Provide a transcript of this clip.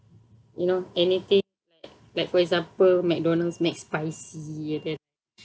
you know anything spicy like for example mcdonald's mcspicy and then